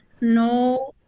no